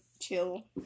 chill